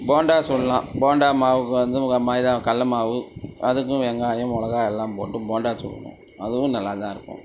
போண்டா சுடலாம் போண்டா மாவுக்கு வந்து வ மைதா கல்ல மாவு அதுக்கும் வெங்காயம் மிளகா எல்லாம் போட்டு போண்டா சுடனும் அதுவும் நல்லா தான் இருக்கும்